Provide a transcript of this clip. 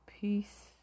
peace